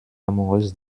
amoureuse